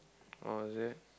oh is it